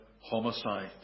homicide